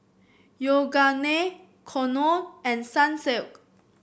Yoogane Knorr and Sunsilk